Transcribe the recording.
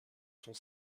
sont